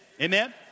Amen